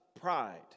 pride